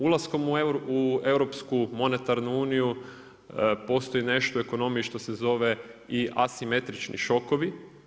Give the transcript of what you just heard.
Ulasku u europsku monetarnu uniju postoji nešto u ekonomiji što se zove i asimetrični šokovi.